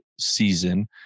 season